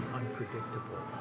unpredictable